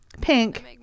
Pink